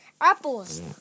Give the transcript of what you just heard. Apples